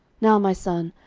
now, my son,